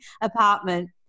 apartment